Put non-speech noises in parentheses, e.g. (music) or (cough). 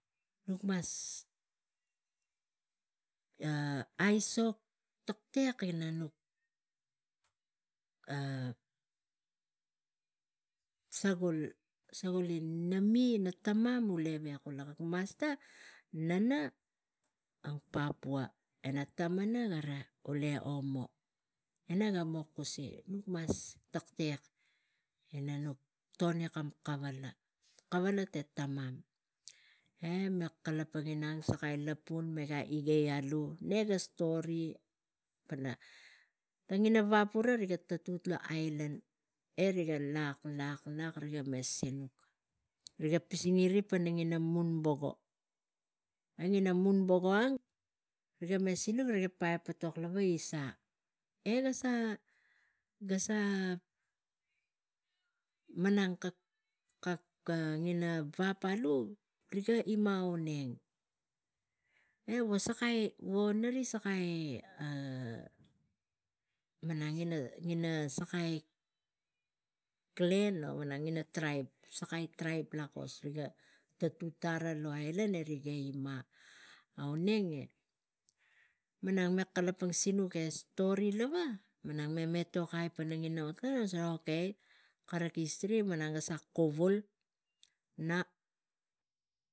Nuk mas (hesitation) aisok tetek ina nuk (hesitation) sagul kala nami tamam ule we kula na nana ang papua eng tamana ule omo e naga mo kusi nuk ma taktek ina nuk suka kam kavala, kavale te tamam, e mek kalapang inang so sakai lapun, igei alu e stori pana tang ina vap ura tatuk lo ailan, e riga lak, lak, lak e riga sinuk rig pising i ri pana ri mumbogo e ina mumbogo riga me sinuk e tang etok lava gi sang e ga sa, ga sa malang kak ina vap riga ima auneg e wo sakai gi o wo nari Sakai (hesitation) malang ina, sakai clan o tribe lakos tatuk tara lo ailan e riga ima, aungeng e malang me kalapang luga stori lava malang mem me igai pana ina ot tara. Okay, malang kara history (unintelligible)